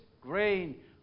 grain